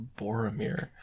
Boromir